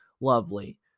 Lovely